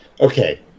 Okay